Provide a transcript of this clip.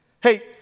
Hey